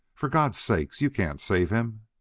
for god's sake! you can't save him!